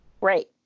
Great